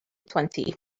twenty